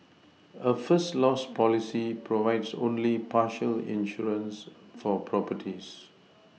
a first loss policy provides only partial insurance for properties